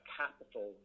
capital